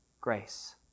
grace